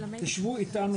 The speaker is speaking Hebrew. שבו איתנו.